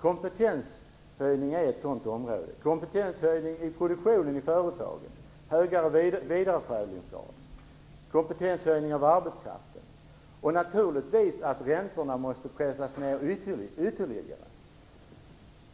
Kompetenshöjning är ett sådant område, kompetenshöjning i produktionen och i företag, högre vidareförädlingsgrad, kompetenshöjning av arbetskraften. Naturligtvis måste räntorna också pressas ned ytterligare.